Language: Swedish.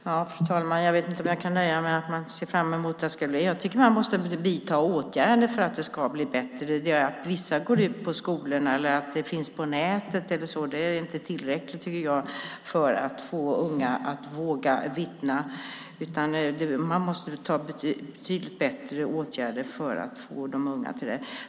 Fru talman! Jag vet inte om jag kan nöja mig med att man ser fram emot att det ska bli bättre. Jag tycker att man måste vidta åtgärder för att det ska bli bättre. Att vissa går ut på skolorna eller att det finns information på nätet är inte tillräckligt, tycker jag, för att få unga att våga vittna. Man måste ta till betydligt bättre åtgärder för att få de unga till det.